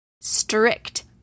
strict